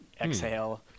exhale